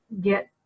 get